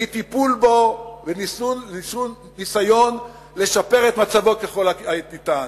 מטיפול בו וניסיון לשפר את מצבו ככל הניתן,